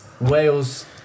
Wales